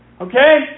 Okay